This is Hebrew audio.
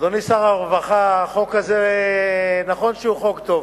אדוני שר הרווחה, החוק הזה, נכון שהוא חוק טוב,